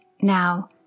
Now